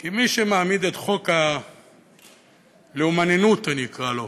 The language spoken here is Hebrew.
כי מי שמעמיד את חוק ה"לאומננות" אני אקרא לו,